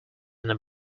than